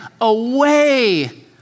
away